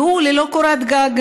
והוא ללא קורת גג.